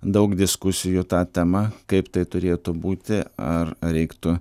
daug diskusijų ta tema kaip tai turėtų būti ar reiktų